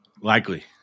likely